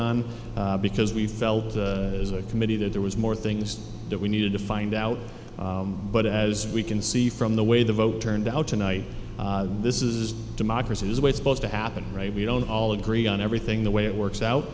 on because we felt as a committee that there was more things that we needed to find out but as we can see from the way the vote turned out tonight this is democracy is way supposed to happen right we don't all agree on everything the way it works out